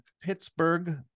Pittsburgh